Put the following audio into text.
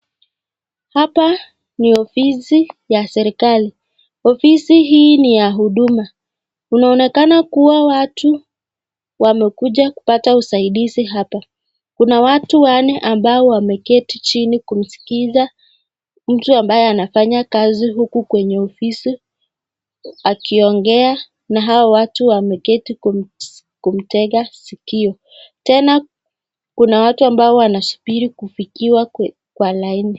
Hapa ni ofisi ya serikali. Ofisi hii ni ya huduma. Unaonekana kuwa watu wamekuja kupata usaidizi hapa. Kuna watu wanne ambao wameketi chini kumsikiza mtu ambaye anafanya kazi huku kwenye ofisi akiongea na hawa watu wameketi kumtega sikio. Tena kuna watu ambao wanasubiri kufikiwa kwa laini.